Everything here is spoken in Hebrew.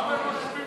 ההסתייגויות